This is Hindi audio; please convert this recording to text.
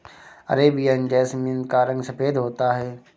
अरेबियन जैसमिन का रंग सफेद होता है